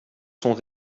sont